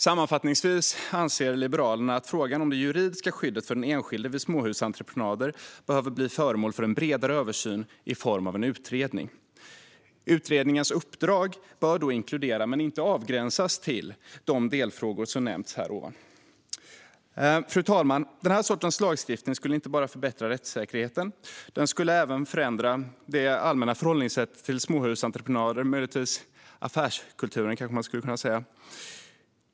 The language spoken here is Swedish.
Sammanfattningsvis anser Liberalerna att frågan om det juridiska skyddet för den enskilde vid småhusentreprenader behöver bli föremål för en bredare översyn i form av en utredning. Utredningens uppdrag bör då inkludera, men inte avgränsas till, de delfrågor som jag nämnt. Fru talman! Den här sortens lagstiftning skulle inte bara förbättra rättssäkerheten. Den skulle även förändra det allmänna förhållningssättet när det gäller småhusentreprenader - affärskulturen, skulle man kanske kunna säga.